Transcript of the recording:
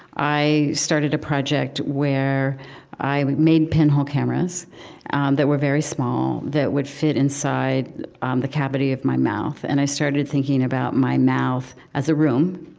i started a project where i made pinhole cameras and that were very small, that would fit inside um the cavity of my mouth. and i started thinking about my mouth as a room.